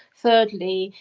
thirdly,